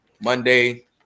Monday